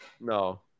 No